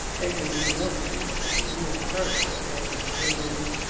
there can be no peace between me and her, said harriet gloomily.